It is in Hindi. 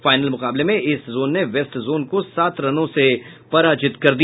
फाइनल मुकाबले में ईस्ट जोन ने वेस्ट जोन को सात रनों से पराजित कर दिया